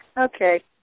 Okay